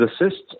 assist